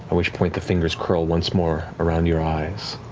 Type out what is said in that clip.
which point, the fingers curl once more around your eyes